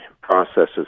processes